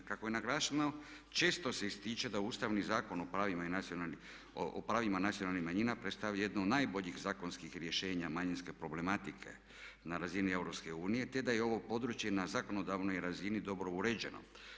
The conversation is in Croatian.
Kako je naglašeno, često se ističe da Ustavni zakon o pravima nacionalnih manjina predstavlja jedno od najboljih zakonskih rješenja manjinske problematike na razini EU, te da je ovo područje na zakonodavnoj razini dobro uređeno.